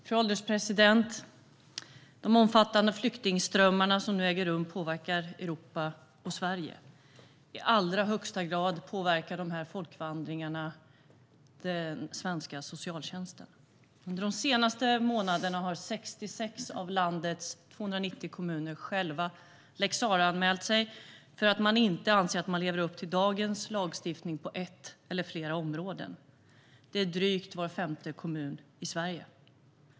Fru ålderspresident! De omfattande flyktingströmmarna som nu äger rum påverkar Europa och Sverige. I allra högsta grad påverkar de här folkvandringarna den svenska socialtjänsten. Under de senaste månaderna har 66 av landets 290 kommuner själva lex Sarah-anmält sig för att de anser att de på ett eller flera områden inte lever upp till dagens lagstiftning. Det är drygt var femte kommun i Sverige.